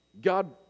god